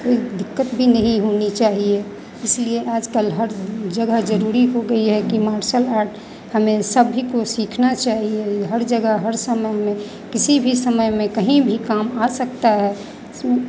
कोई दिक़्क़त भी नहीं होनी चाहिए इसीलिए आज कल हर जगह ज़रूरी हो गई है कि मार्सल आर्ट हमें सब भी तो सीखना चाहिए हर जगह हर समय में किसी भी समय में कहीं भी काम आ सकता है इसमें